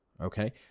okay